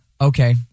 okay